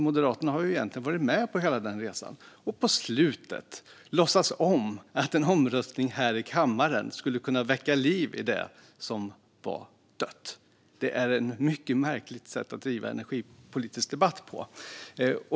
Moderaterna har egentligen varit med på hela den resan. Att då på slutet låtsas som om en omröstning här i kammaren skulle kunna väcka liv i det som var dött är ett märkligt sätt att driva energipolitisk debatt på.